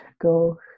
go